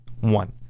one